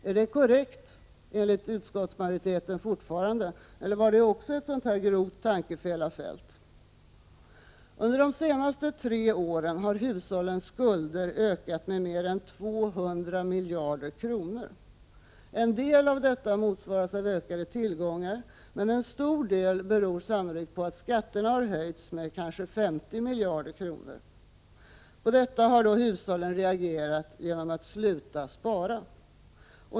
Är det enligt utskottsmajoriteten fortfarande korrekt, eller var det också ett sådant här grovt tankefel av Feldt? Under de senaste tre åren har hushållens skulder ökat med mer än 200 miljarder kronor. En del motsvaras av ökade tillgångar, men en stor del beror sannolikt på att skatterna har höjts med ca 50 miljarder kronor. På detta har hushållen reagerat genom att sluta spara.